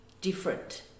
different